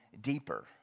deeper